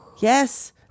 Yes